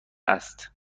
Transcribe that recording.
است